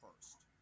first